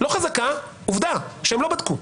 לא חזקה, עובדה שהם לא בדקו.